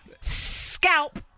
Scalp